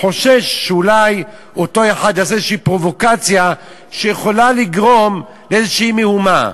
חוששים שאולי אותו אחד יעשה איזו פרובוקציה שיכולה לגרום לאיזו מהומה.